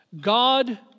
God